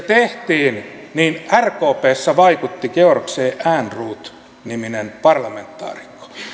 tehtiin niin rkpssä vaikutti georg c ehrnrooth niminen parlamentaarikko